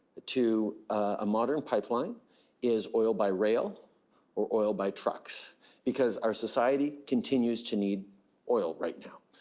to a modern pipeline is oil by rail or oil by trucks because our society continues to need oil right now.